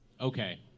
okay